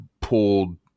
pulled